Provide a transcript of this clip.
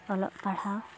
ᱚᱞᱚᱜ ᱯᱟᱲᱦᱟᱣ